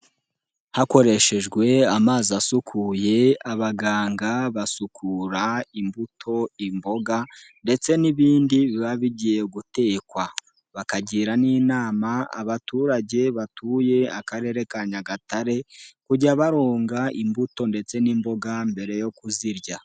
Hakoreshejwe amazi asukuye abaganga basukura imbuto, imboga ndetse n'ibindi biba bigiye gutekwa, bakagira n'inama abaturage batuye Akarere ka Nyagatare kujya baronga imbuto ndetse n'imboga mbere yo kuzirya.